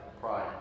Pride